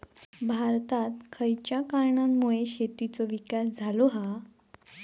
भारतात खयच्या कारणांमुळे शेतीचो विकास झालो हा?